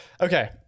Okay